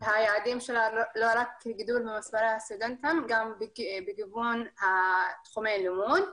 זה לא רק גידול במספרי הסטודנטים אלא גם בגיוון תחומי הלימוד.